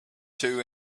two